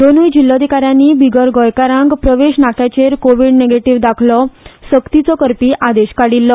दोनूय जिल्लोधिका यांनी बिगर गोंयकारांक प्रवेश नाक्यांचेर कोव्हीड निगेटिव्ह दाखलो सक्तीचो करपी आदेश काडिल्लो